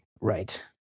right